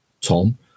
Tom